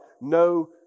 No